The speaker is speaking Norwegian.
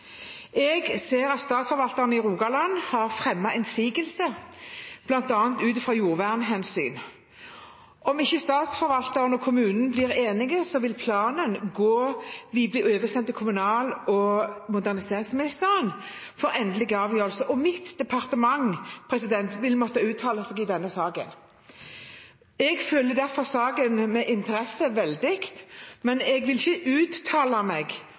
Jeg ser at statsforvalteren i Rogaland har fremmet innsigelse, bl.a. ut fra jordvernhensyn. Om ikke statsforvalteren og kommunen blir enige, vil planen bli oversendt til kommunal- og moderniseringsministeren for endelig avgjørelse, og mitt departement vil måtte uttale seg i saken. Jeg følger derfor saken med stor interesse, men jeg vil ikke uttale meg